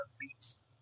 beats